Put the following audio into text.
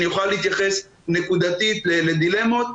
אני אוכל להתייחס נקודתית לדילמות,